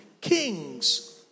Kings